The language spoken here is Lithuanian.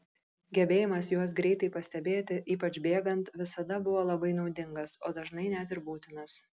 gebėjimas juos greitai pastebėti ypač bėgant visada buvo labai naudingas o dažnai net ir būtinas